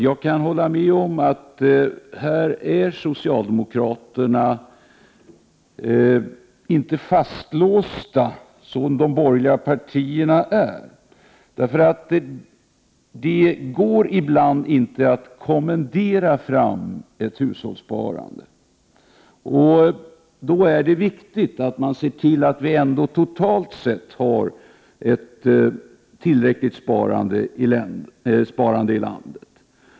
Jag kan hålla med om att socialdemokraterna inte är så fastlåsta som de borgerliga partierna. Det går ibland inte att kommendera fram ett hushållssparande, och då är det viktigt att man ser till att man totalt sett ändå har ett tillräckligt sparande i landet.